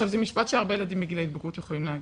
זה משפט שהרבה ילדים בגילאי ההתבגרות יכולים להגיד,